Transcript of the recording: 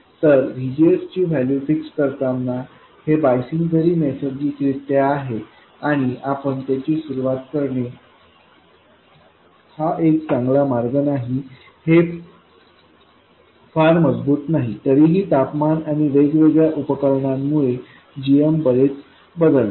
तर VGSची value fix करताना हे बायसिंग जरी नैसर्गिकरित्या आहे आणि आपण त्याची सुरुवात ही करणे हा एक चांगला मार्ग नाही हे फार मजबूत नाही तरीही तापमान आणि वेगवेगळ्या उपकरणांमुळे gmबरेच बदलते